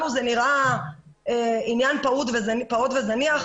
לנו זה נראה עניין פעוט וזניח,